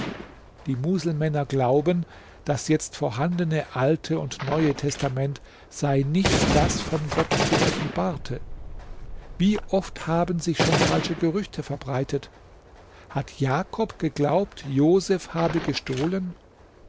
die muselmänner glauben das jetzt vorhandene alte und neue testament sei nicht das von gott geoffenbarte wie oft haben sich schon falsche gerüchte verbreitet hat jakob geglaubt joseph habe gestohlen